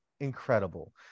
incredible